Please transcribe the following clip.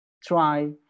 try